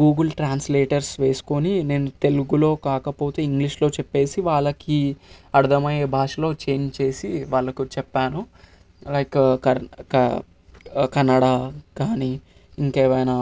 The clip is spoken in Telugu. గూగుల్ ట్రాన్స్లేటర్ వేసుకొని నేను తెలుగులో కాకపోతే ఇంగ్లీషులో చెప్పేసి వాళ్ళకు అర్థమయ్యే భాషలో చేంజ్ చేసి వాళ్ళకు చెప్పాను లైక్ క క కనడ కానీ ఇంకెవైనా